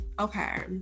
okay